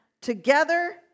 together